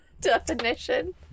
definition